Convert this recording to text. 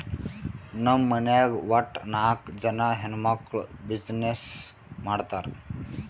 ನಮ್ ಮನ್ಯಾಗ್ ವಟ್ಟ ನಾಕ್ ಜನಾ ಹೆಣ್ಮಕ್ಕುಳ್ ಬಿಸಿನ್ನೆಸ್ ಮಾಡ್ತಾರ್